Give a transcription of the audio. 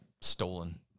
stolen